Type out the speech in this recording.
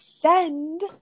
send